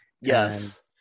yes